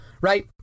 right